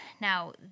Now